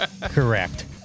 correct